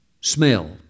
smell